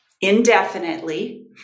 indefinitely